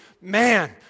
man